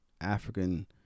African